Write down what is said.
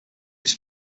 his